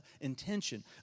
intention